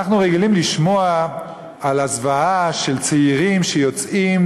אנחנו רגילים לשמוע על הזוועה של צעירים שיוצאים